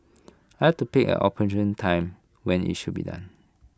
I had to pick an opportune time when IT should be done